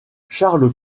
charles